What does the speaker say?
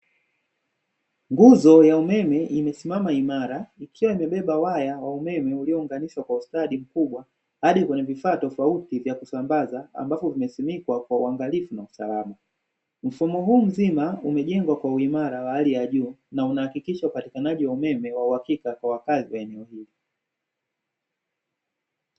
Nguzo ya umeme imesimama imara ikiwa imebeba waya wa umeme uliounganishwa kwa ustadi mkubwa hadi kwenye vifaa tofauti vya kusambaza, ambavyo vimesimikwa kwa uangalifu na usalama, mfumo huu mzima umejengwa kwa uimara wa hali ya juu, na unahakikisha upatikanaji wa umeme wa uhakika kwa wakazi wa eneo hili.